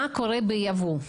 מה קורה בייבוא?